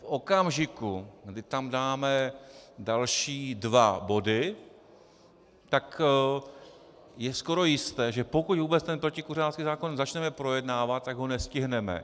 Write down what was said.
V okamžiku, kdy tam dáme další dva body, tak je skoro jisté, že pokud vůbec tento protikuřácký zákon začneme projednávat, tak ho nestihneme.